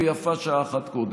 ויפה שעה אחת קודם.